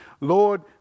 Lord